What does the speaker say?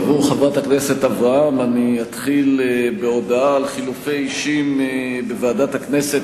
עבור חברת הכנסת אברהם אני אתחיל בהודעה על חילופי אישים בוועדת הכנסת,